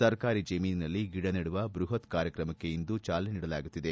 ಸರ್ಕಾರಿ ಜಮೀನಿನಲ್ಲಿ ಗಿಡ ನೆಡುವ ಬೃಪತ್ ಕಾರ್ಯಕ್ರಮಕ್ಕೆ ಇಂದು ಚಾಲನೆ ನೀಡಲಾಗುತ್ತಿದೆ